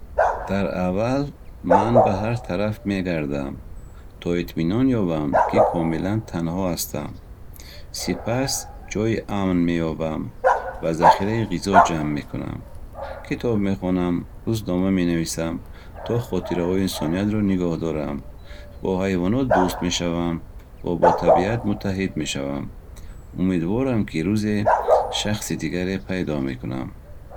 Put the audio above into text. Дар аввал ман ба ҳар тараф мегардам, то итминон ёбам, ки комилан танҳо ҳастам. Сипас, ҷойи амн меёбам ва захираи ғизо ҷамъ мекунам. Китоб мехонам, рӯзнома менависам, то хотираҳои инсониятро нигоҳ дорам. Бо ҳайвонот дӯст мешавам ва бо табиат муттаҳид мешавам. Умедворам, ки рӯзе шахси дигарро пайдо мекунам.